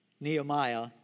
Nehemiah